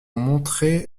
montrer